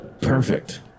perfect